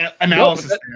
analysis